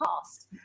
past